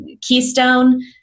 Keystone